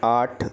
आठ